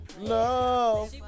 No